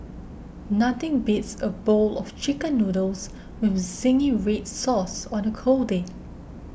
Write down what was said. nothing beats a bowl of Chicken Noodles with Zingy Red Sauce on a cold day